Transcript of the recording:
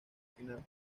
final